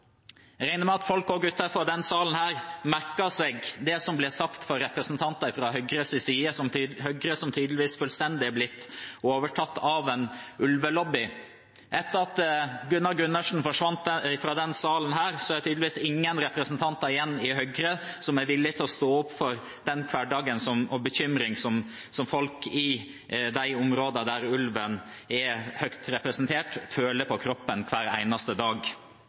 Jeg regner med at folk også utenfor denne salen merker seg det som blir sagt av representanter fra Høyre, som tydeligvis fullstendig er blitt overtatt av en ulvelobby. Etter at Gunnar Gundersen forsvant fra denne salen, er det tydeligvis ingen representanter igjen i Høyre som er villig til å stå opp for den hverdagen og den bekymringen som folk i de områdene der ulven er høyt representert, føler på kroppen hver eneste dag.